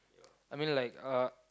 I mean like uh